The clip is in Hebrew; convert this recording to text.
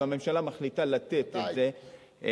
אם הממשלה מחליטה לתת את זה,